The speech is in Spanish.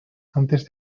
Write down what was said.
antes